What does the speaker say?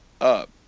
up